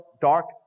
dark